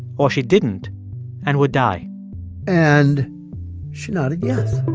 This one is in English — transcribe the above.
or she didn't and would die and she nodded yes.